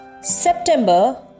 September